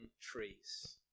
trees